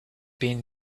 been